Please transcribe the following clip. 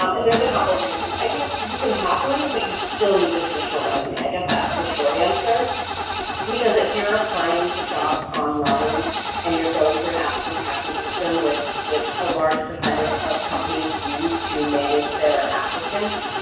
um and there's a couple reasons. i think you can have one but you still need the traditional resume i guess that's the short answer because if you're applying to jobs online and you're going through an applicant tracking system with which a large percentage of companies use to manage their applicants,